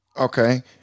okay